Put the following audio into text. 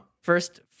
first